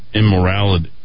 immorality